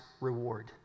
reward